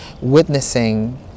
witnessing